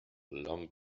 long